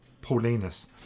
Paulinus